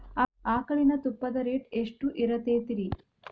ಆಕಳಿನ ತುಪ್ಪದ ರೇಟ್ ಎಷ್ಟು ಇರತೇತಿ ರಿ?